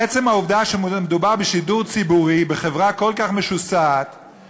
עצם העובדה שמדובר בשידור ציבורי בחברה כל כך משוסעת,